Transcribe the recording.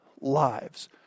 lives